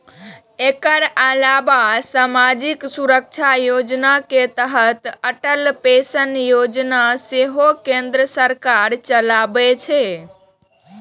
एकर अलावा सामाजिक सुरक्षा योजना के तहत अटल पेंशन योजना सेहो केंद्र सरकार चलाबै छै